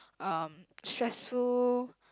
um stressful